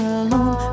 alone